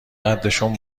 قدشون